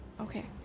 Okay